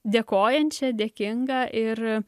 dėkojančią dėkingą ir